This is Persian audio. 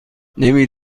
نمی